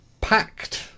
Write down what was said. packed